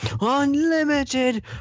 Unlimited